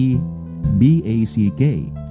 B-A-C-K